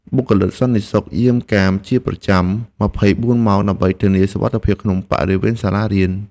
បុគ្គលិកសន្តិសុខយាមកាមជាប្រចាំ ២៤ ម៉ោងដើម្បីធានាសុវត្ថិភាពក្នុងបរិវេណសាលារៀន។